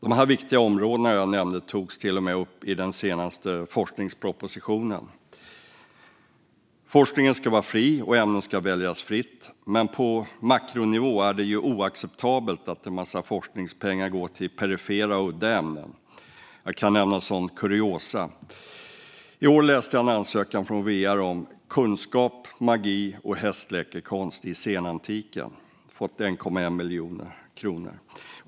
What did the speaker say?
De viktiga områden som jag nämnde togs till och med upp i den senaste forskningspropositionen. Forskningen ska vara fri, och ämnen ska väljas fritt. Men på makronivå är det oacceptabelt att en massa forskningspengar går till perifera och udda ämnen. Som kuriosa kan jag nämna att jag i år läste en ansökan till VR om "kunskap, magi och hästläkekonst i senantiken". Man fick 1,1 miljoner kronor.